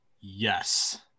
yes